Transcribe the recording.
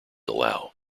allow